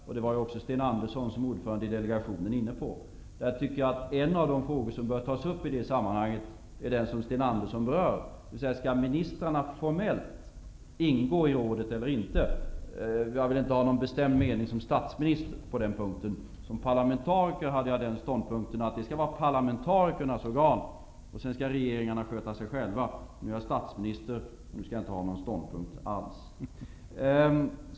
Detta var även Sten Andersson, som ordförande i delegationen, inne på. En av de frågor som bör tas upp i detta sammanhang är den som Sten Andersson berör, dvs. om ministrarna formellt skall ingå i Nordiska rådet eller inte. Jag vill som statsminister inte ha någon bestämd mening på den punkten. Som parlamentariker hade jag ståndpunkten att detta skall vara parlamentarikernas organ. Sedan skall regeringarna sköta sig själva. Nu är jag statsminister, och nu skall jag inte inta någon ståndpunkt alls.